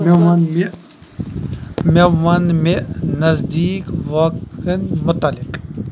مےٚ وَن یہِ مےٚ وَن مےٚ نزدیٖک واقعن مُتعلق